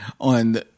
on